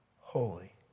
holy